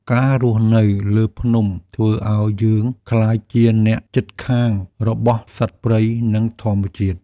ការរស់នៅលើភ្នំធ្វើឱ្យយើងក្លាយជាអ្នកជិតខាងរបស់សត្វព្រៃ និងធម្មជាតិ។